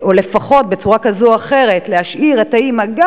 או לפחות בצורה כזו או אחרת להשאיר את האמא,